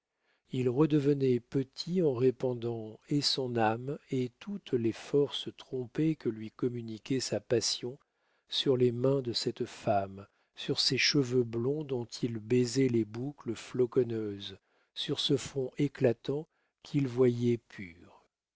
il redevenait petit en répandant et son âme et toutes les forces trompées que lui communiquait sa passion sur les mains de cette femme sur ses cheveux blonds dont il baisait les boucles floconneuses sur ce front éclatant qu'il voyait pur